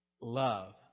love